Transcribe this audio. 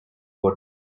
wood